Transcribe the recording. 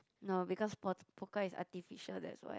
no because po~ Pokka is artificial that's why